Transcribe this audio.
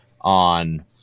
on